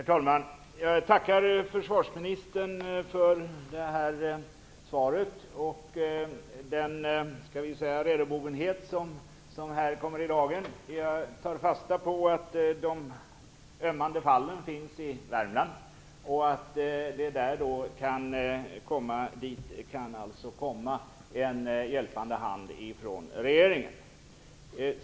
Herr talman! Jag tackar försvarsministern för svaret och den redobogenhet som här kommer i dagen. Jag tar fasta på att de ömmande fallen finns i Värmland och att det dit kan sträckas en hjälpande hand från regeringen.